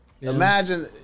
Imagine